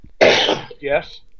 Yes